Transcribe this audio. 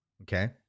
Okay